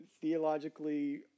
theologically